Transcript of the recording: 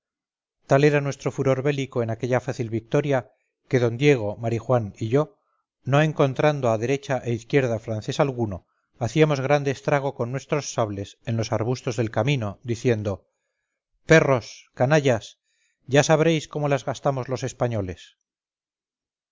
tal era nuestro furor bélico en aquella fácil victoria que d diego marijuán y yo no encontrando a derecha e izquierda francés alguno hacíamos grande estrago con nuestros sables en los arbustos del camino diciendo perros canallas ya sabréis cómo las gastamos los españoles